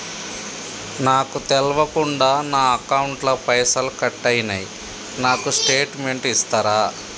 నాకు తెల్వకుండా నా అకౌంట్ ల పైసల్ కట్ అయినై నాకు స్టేటుమెంట్ ఇస్తరా?